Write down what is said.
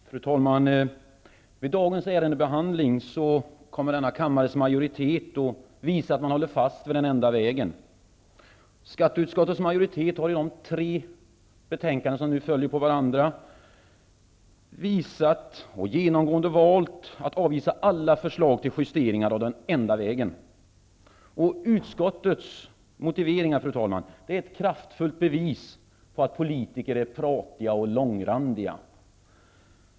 Fru talman! Vid dagens ärendebehandling kommer denna kammares majoritet att visa att man håller fast vid den enda vägen. Skatteutskottets majoritet har i de tre betänkanden som följer på varandra genomgående valt att avvisa alla förslag till justeringar av den enda vägen. Utskottets motiveringar är ett kraftfullt bevis på att politiker är pratiga och långrandiga.